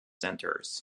centers